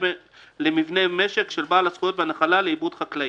למבני משק של בעל הזכויות בנחלה ולעיבוד חקלאי,